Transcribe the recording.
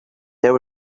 there